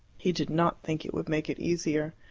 he did not think it would make it easier.